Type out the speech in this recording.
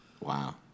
Wow